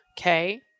Okay